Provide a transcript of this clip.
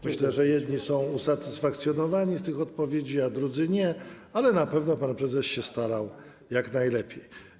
Myślę, że jedni są usatysfakcjonowani tymi odpowiedziami, a drudzy nie, ale na pewno pan prezes się starał jak najlepiej.